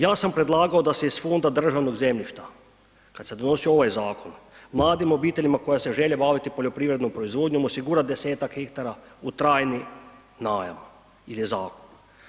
Ja sam predlagao da se iz Fonda državnog zemljišta kad se donosio ovaj zakon, mladim obiteljima koja se žele baviti poljoprivrednom proizvodnjom osigura 10-tak hektara u trajni najam ili zakup.